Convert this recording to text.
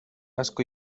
asko